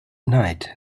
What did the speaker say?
night